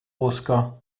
oskar